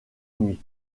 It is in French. nuit